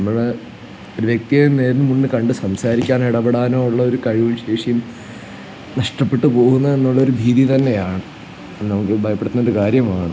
നമ്മള് ഒരു വ്യക്തിയെ നേരിൽ മുന്നിൽ കണ്ട് സംസാരിക്കാനോ ഇടപെടാനോ ഉള്ള ഒരു കഴിവും ശേഷിയും നഷ്ടപ്പെട്ട് പോകുന്നതെന്നുള്ളൊരു ഭീതി തന്നെയാണ് അത് നമുക്ക് ഭയപ്പെടുത്തുന്നൊരു കാര്യമാണ്